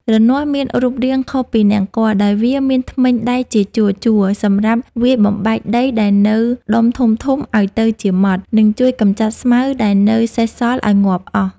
រនាស់មានរូបរាងខុសពីនង្គ័ល ដោយវាមានធ្មេញដែកជាជួរៗសម្រាប់វាយបំបែកដីដែលនៅដុំធំៗឱ្យទៅជាម៉ដ្ត និងជួយកម្ចាត់ស្មៅដែលនៅសេសសល់ឱ្យងាប់អស់។